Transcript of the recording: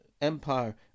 Empire